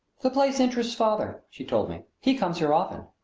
the place interests father, she told me. he comes here often.